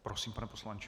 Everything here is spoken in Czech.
Prosím, pane poslanče.